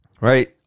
right